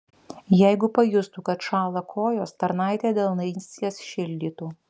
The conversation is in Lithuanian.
jeigu pajustų kad šąla kojos tarnaitė delnais jas šildytų